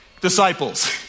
disciples